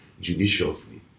judiciously